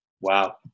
Wow